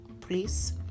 Please